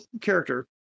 character